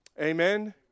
Amen